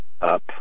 up